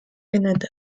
canada